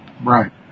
Right